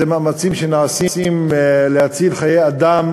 מאמצים שנעשים להציל חיי אדם